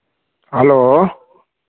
hello